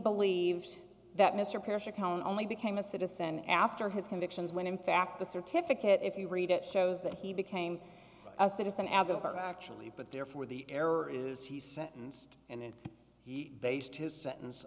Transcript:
believes that mr parrish account only became a citizen after his convictions when in fact the certificate if you read it shows that he became a citizen advocate actually but therefore the error is he sentenced and then he based his sentence